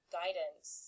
guidance